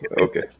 Okay